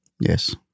Yes